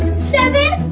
seven.